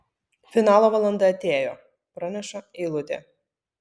finalo valanda atėjo praneša eilutė